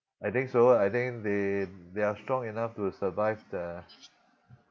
I think so I think they they are strong enough to survive the